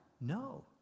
No